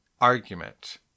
Argument